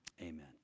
Amen